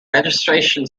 registration